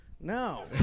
no